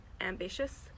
ambitious